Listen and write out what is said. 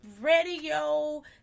Radio